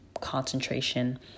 concentration